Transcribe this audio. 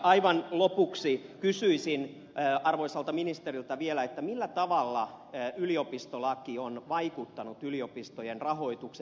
aivan lopuksi kysyisin arvoisalta ministeriltä vielä millä tavalla yliopistolaki on vaikuttanut yliopistojen rahoitukseen